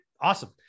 awesome